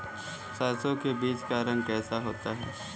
सरसों के बीज का रंग कैसा होता है?